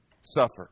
suffer